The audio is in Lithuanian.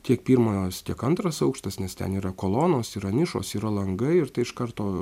tiek pirmajas tiek antras aukštas nes ten yra kolonos yra nišos yra langai ir iš karto